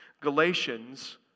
Galatians